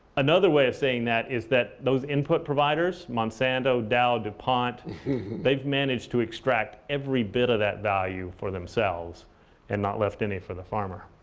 another way of saying that is that those input providers monsanto, dow, dupont they've managed to extract every bit of that value for themselves and not left any for the farmer.